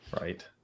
Right